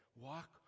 Walk